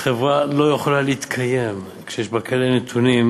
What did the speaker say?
חברה לא יכולה להתקיים כשיש בה כאלה נתונים,